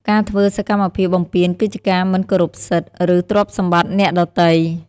ការធ្វើសកម្មភាពបំពានគឺជាការមិនគោរពសិទ្ធិ ឬទ្រព្យសម្បត្តិអ្នកដទៃ។